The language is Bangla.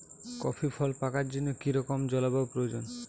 কফি ফল পাকার জন্য কী রকম জলবায়ু প্রয়োজন?